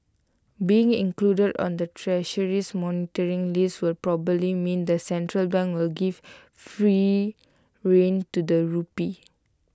being included on the Treasury's monitoring list will probably mean the central bank will give freer rein to the rupee